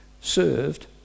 served